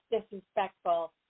disrespectful